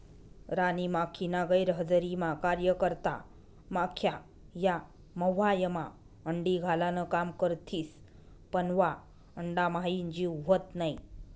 राणी माखीना गैरहजरीमा कार्यकर्ता माख्या या मव्हायमा अंडी घालान काम करथिस पन वा अंडाम्हाईन जीव व्हत नै